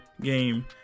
game